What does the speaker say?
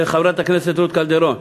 חברת הכנסת רות קלדרון,